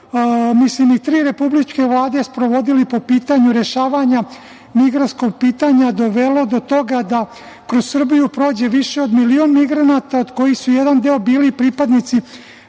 mislim i tri republičke vlade, sprovodili po pitanju rešavanja migrantskog pitanja dovelo do toga da kroz Srbiju prođe više od milion migranata od kojih su jedan deo bili pripadnici